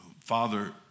Father